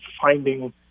finding